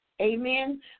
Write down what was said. Amen